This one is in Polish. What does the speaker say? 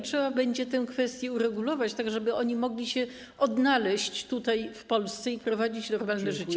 Trzeba będzie tę kwestię uregulować, tak żeby oni mogli się odnaleźć tutaj, w Polsce i prowadzić normalne życie.